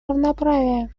равноправия